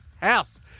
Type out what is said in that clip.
house